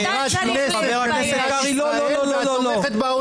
ראיית הקשר בין המאחזים הלא-חוקיים ואוזלת היד בפינויים והאלימות בשטח.